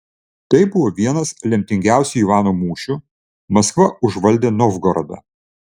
tai buvo vienas lemtingiausių ivano mūšių maskva užvaldė novgorodą